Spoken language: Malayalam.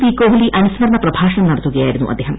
പി കോഹ്ലി അനുസ്മരണ പ്രഭാഷണം നടത്തുകയായിരുന്നു അദ്ദേഹം